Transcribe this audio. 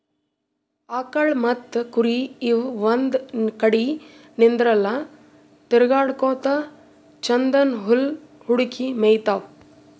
ಆಕಳ್ ಮತ್ತ್ ಕುರಿ ಇವ್ ಒಂದ್ ಕಡಿ ನಿಂದ್ರಲ್ಲಾ ತಿರ್ಗಾಡಕೋತ್ ಛಂದನ್ದ್ ಹುಲ್ಲ್ ಹುಡುಕಿ ಮೇಯ್ತಾವ್